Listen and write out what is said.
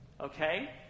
Okay